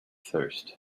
thirst